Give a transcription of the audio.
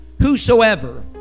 Whosoever